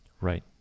right